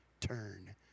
turn